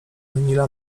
emila